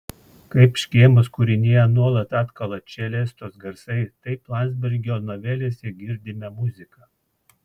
kaip škėmos kūrinyje nuolat atkala čelestos garsai taip landsbergio novelėse girdime muziką